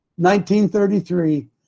1933